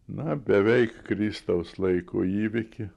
na beveik kristaus laiko įvykį